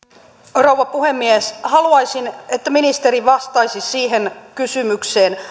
rouva puhemies haluaisin että ministeri vastaisi siihen kysymykseen